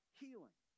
healing